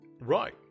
Right